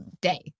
day